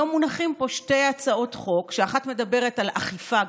היום מונחות פה שתי הצעות חוק שאחת מדברת על אכיפה,